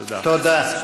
תודה.